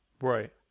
Right